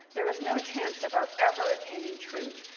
there is no chance of our ever attaining truth,